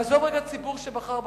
ועזוב רגע את הציבור שבחר בכם,